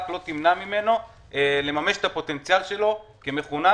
לא תמנע ממנו לממש את הפוטנציאל שלו כמחונן.